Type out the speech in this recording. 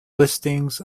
listings